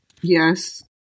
yes